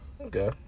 Okay